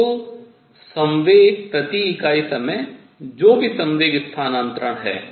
तो संवेग प्रति इकाई समय जो भी संवेग स्थानान्तरण है